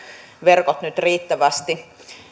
verkot nyt riittävästi